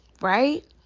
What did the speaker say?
right